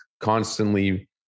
constantly